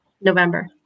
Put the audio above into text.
November